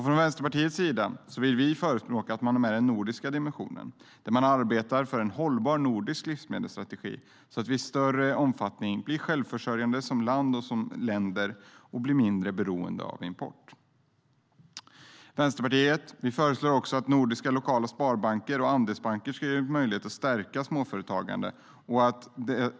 Från Vänsterpartiets sida vill vi förespråka att man har med den nordiska dimensionen och arbetar för en hållbar nordisk livsmedelsstrategi, så att vi i större utsträckning blir självförsörjande som länder och blir mindre beroende av import. Vänsterpartiet föreslår att nordiska och lokala sparbanker och andelsbanker ska ges möjlighet att stärka småföretagande.